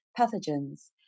pathogens